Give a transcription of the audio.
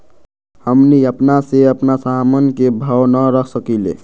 हमनी अपना से अपना सामन के भाव न रख सकींले?